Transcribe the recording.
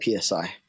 PSI